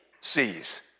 sees